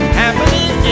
happening